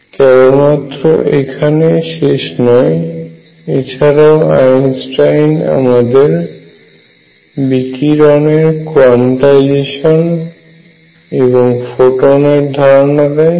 কেবলমাত্র এখানেই শেষ নয় এছাড়াও আইনস্টাইন আমাদের বিকিরণের কোয়ান্টাইজেসন এবং ফোটনের ধারণা দেয়